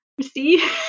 see